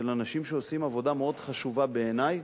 של אנשים שעושים עבודה מאוד חשובה בעיני,